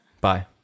bye